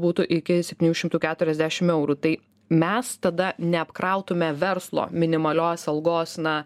būtų iki septynių šimtų keturiasdešim eurų tai mes tada neapkrautume verslo minimalios algos na